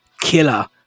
Killer